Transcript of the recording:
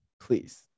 Please